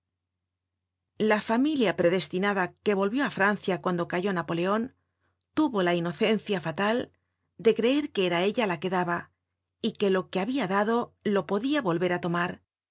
la familia predestinada que volvió á francia cuando cayó napoleon tuvo la inocencia fatal de creer que era ella la que daba y que lo que habia dado lo podia volver á tomar